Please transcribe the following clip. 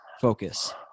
focus